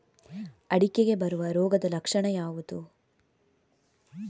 ಅಡಿಕೆಗೆ ಬರುವ ರೋಗದ ಲಕ್ಷಣ ಯಾವುದು?